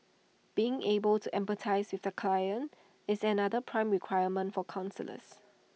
being able to empathise with their clients is another prime requirement for counsellors